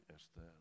esta